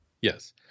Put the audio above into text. Yes